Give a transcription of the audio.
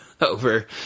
over